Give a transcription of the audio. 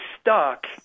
stuck